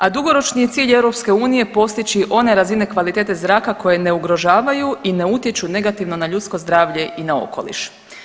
A dugoročni je cilj EU postići one razine kvalitete zraka koje ne ugrožavaju i ne utječu negativno na ljudsko zdravlje i na okoliš.